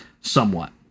somewhat